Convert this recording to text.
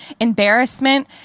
embarrassment